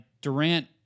Durant